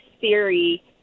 theory